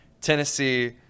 Tennessee